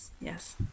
Yes